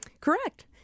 Correct